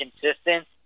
consistent